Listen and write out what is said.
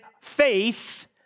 faith